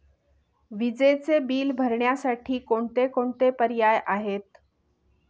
विजेचे बिल भरण्यासाठी कोणकोणते पर्याय आहेत?